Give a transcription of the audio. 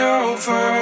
over